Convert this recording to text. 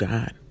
God